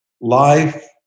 Life